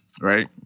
right